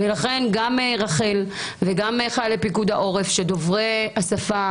לאור זאת גם רח"ל וגם חיילי פיקוד העורף דוברי השפה